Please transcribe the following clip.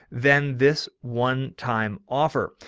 then this one time offer.